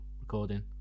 recording